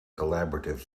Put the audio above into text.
collaborative